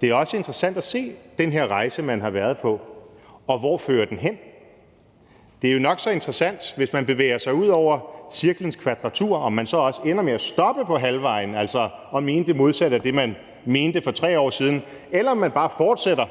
Det er også interessant at se den her rejse, man har været på. Og hvor fører den hen? Det er nok så interessant, hvis man bevæger sig ud over cirklens kvadratur, om man så også ender med at stoppe på halvvejen, altså at mene det modsatte af det, man mente for 3 år siden. Eller om man bare fortsætter